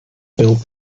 built